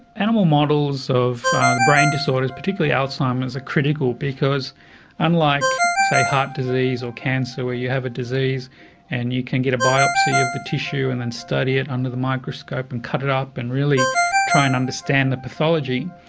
animal models of brain disorders, particularly alzheimer's are critical, because unlike say heart disease or cancer, where you have a disease and you can get a biopsy of the tissue and then study it under the microscope and cut it up and really try and understand the pathology,